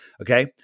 okay